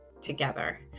together